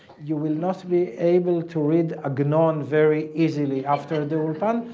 you will not be able to read ah agenon very easily after the ulpan.